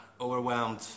overwhelmed